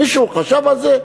מישהו חשב על זה?